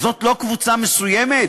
זאת לא קבוצה מסוימת?